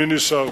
אני נשארתי.